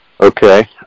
Okay